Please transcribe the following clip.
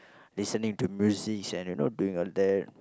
listening to music and you know doing all that